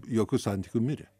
jokių santykių mirė